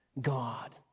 God